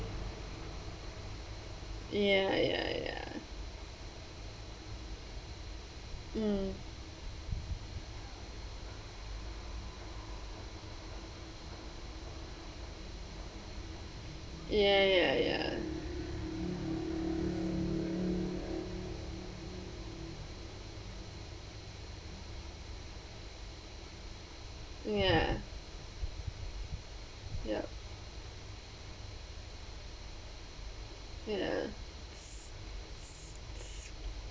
ya ya ya mm ya ya ya ya yup ya